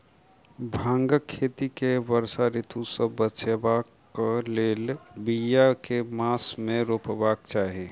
भांगक खेती केँ वर्षा ऋतु सऽ बचेबाक कऽ लेल, बिया केँ मास मे रोपबाक चाहि?